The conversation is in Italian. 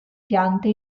piante